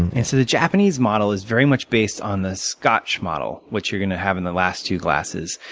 and so the japanese model is very much based on the scotch model, which you're going to have in the last two glasses.